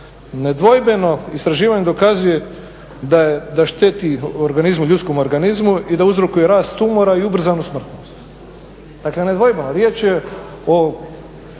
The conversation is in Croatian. nedvojbeno istraživanje dokazuje da šteti ljudskom organizmu i da uzrokuje rast tumora i ubrzanu smrtnost. Dakle, nedvojbeno riječ je o